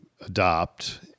adopt